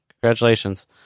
Congratulations